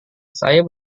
saya